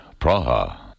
Praha